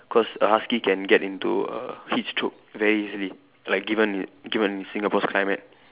cause a husky can get into a heat stroke very easily like given given in Singapore's climate